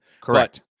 Correct